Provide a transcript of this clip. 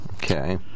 Okay